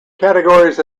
categories